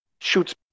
shoots